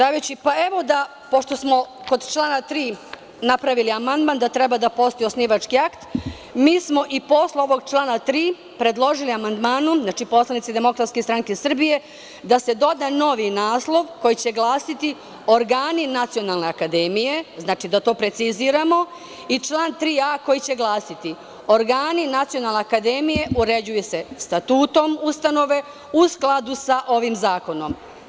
Poštovani predsedavajući, pošto smo kod člana 3. napravili amandman da treba da postoji osnivački akt, mi smo i posle ovog člana 3. predložili amandmanom, znači, poslanici Demokratske stranke Srbije, da se doda novi naslov koji će glasiti – Organi nacionalne akademije, znači, da to preciziramo, i član 3a. koji će glasiti – Organi nacionalne akademije uređuju se statutom ustanove, u skladu sa ovim zakonom.